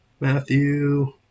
Matthew